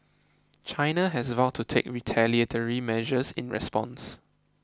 China has vowed to take retaliatory measures in response